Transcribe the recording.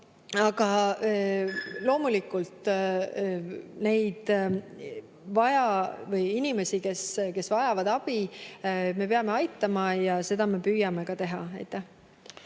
aga loomulikult inimesi, kes vajavad abi, me peame aitama ja seda me püüame ka teha.